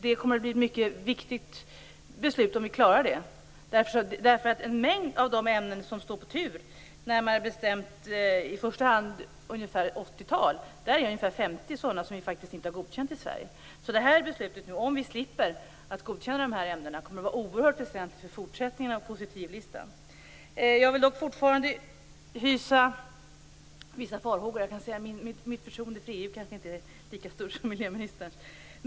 Det kommer att bli ett mycket viktigt beslut om vi klarar det. En mängd ämnen står på tur, i första hand ungefär ett 80 tal. Ett 50-tal av dem är faktiskt sådana som vi inte har godkänt i Sverige. Så ett beslut som innebär att vi slipper att godkänna de här ämnena kommer att vara oerhört viktigt för fortsättningen av positivlistan. Jag hyser dock fortfarande vissa farhågor. Mitt förtroende för EU är kanske inte lika stort som miljöministerns.